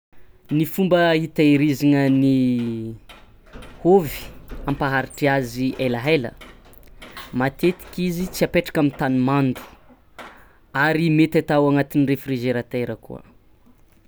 Ny fomba itaihirizagna ny hôvy ampaharitry azy ailahaila matetiky izy tsy apaitraka amy tany mando, ary mety atao agnatin'ny réfrigerateur koa.